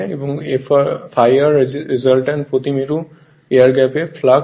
এবং ∅r resultant প্রতি মেরু এয়ার গ্যাপ ফ্লাক্স